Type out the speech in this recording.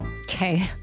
Okay